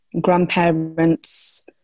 grandparents